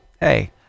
hey